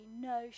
no